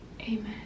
Amen